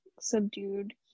subdued